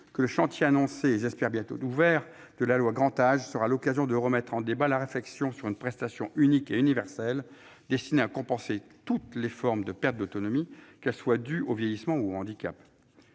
que le chantier annoncé, et je l'espère bientôt ouvert, du projet de loi relatif au grand âge offre l'occasion de remettre en débat la réflexion sur une prestation unique et universelle, destinée à compenser toutes les formes de perte d'autonomie, qu'elles soient dues au vieillissement ou au handicap.